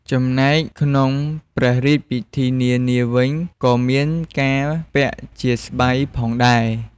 ចំណែកក្នុងព្រះរាជពិធីនានាវិញ ក៏មានការពាក់ជាស្បៃផងដែរ។